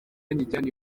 nyijyane